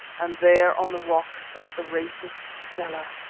and there on the rock sat the wraith of stella,